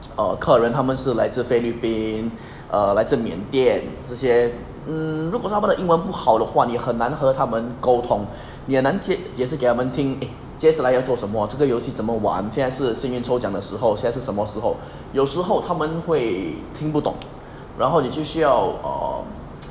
err 客人他们是来自菲律宾 err 来自缅甸这些 mm 如果说他们英文不好的话你很难和他们沟通你很难解解释给他们听 eh 接下来要做什么这个游戏怎么晚现在是幸运抽奖的时候现在是什么时候有时候他们会听不懂然后你就需要 um